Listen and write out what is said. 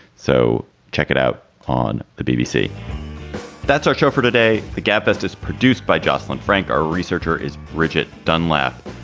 so check it out on the bbc that's our show for today. the gabfest is produced by jocelyn frank. our researcher is bridget dunlap.